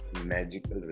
magical